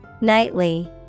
Nightly